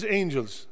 angels